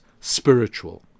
spiritual